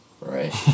Right